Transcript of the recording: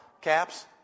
caps